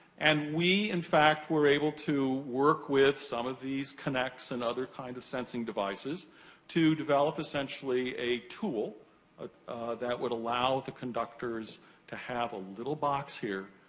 and we, in fact, were able to work with some of these kinects and other kind of sensing devices to develop, essentially, a tool ah that would allow the conductors to have a little box here,